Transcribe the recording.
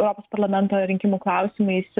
europos parlamento rinkimų klausimais